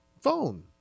phone